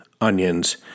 Onions